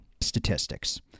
statistics